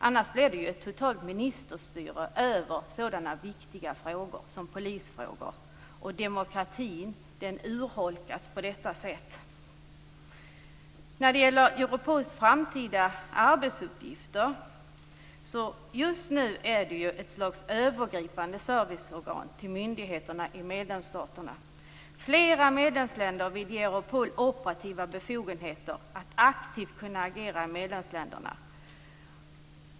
Annars blir det ju ett totalt ministerstyre över sådana viktiga frågor som polisfrågor, och på detta sätt urholkas demokratin. När det gäller Europols framtida arbetsuppgifter vill jag säga att Europol just nu är ett slags övergripande serviceorgan till medlemsstaternas myndigheter. Flera medlemsländer vill ge Europol operativa befogenheter att aktivt agera i medlemsländerna.